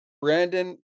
Brandon